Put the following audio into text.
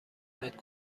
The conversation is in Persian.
متر